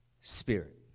spirit